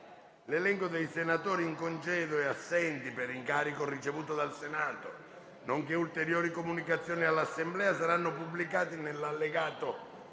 L'elenco dei senatori in congedo e assenti per incarico ricevuto dal Senato, nonché ulteriori comunicazioni all'Assemblea saranno pubblicati nell'allegato